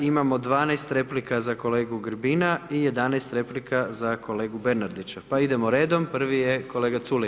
Imamo 12 replika za kolegu Grbina i 11 replika za kolegu Bernardića, pa idemo redom, prvi je kolega Culej.